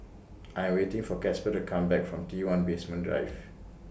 I Am waiting For Casper to Come Back from T one Basement Drive